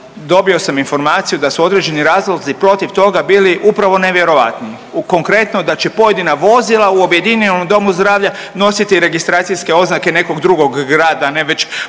dobio sam informaciju da su određeni razlozi protiv toga bili upravo nevjerovatni, u konkretno, da će pojedina vozila u objedinjenom domu zdravlja nositi registracijske oznake nekog drugog grada ne već